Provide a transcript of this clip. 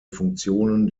funktionen